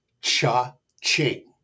Cha-ching